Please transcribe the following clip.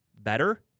better